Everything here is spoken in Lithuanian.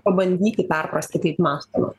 pabandyti perprasti kaip mąstoma